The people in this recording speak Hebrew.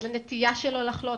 לנטייה שלו לחלות.